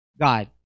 God